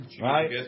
Right